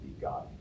God